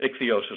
ichthyosis